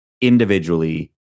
individually